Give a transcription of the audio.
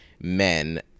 men